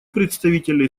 представителя